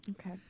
Okay